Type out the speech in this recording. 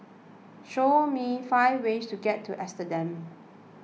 show me five ways to get to Amsterdam